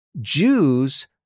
Jews